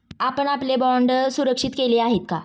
आपण आपले बाँड सुरक्षित केले आहेत का?